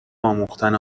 آموختن